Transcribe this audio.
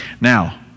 Now